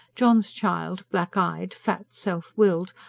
john's child, black-eyed, fat, self-willed,